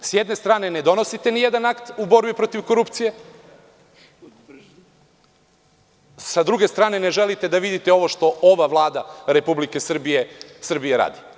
S jedne strane, ne donosite ni jedan akt u borbi protiv korupcije, sa druge strane ne želite da vidite ovo što ova Vlada Republike Srbije radi.